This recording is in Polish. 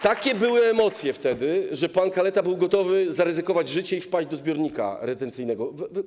Takie były wtedy emocje, że pan Kaleta był gotowy zaryzykować życie i wpaść do zbiornika retencyjnego.